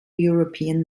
european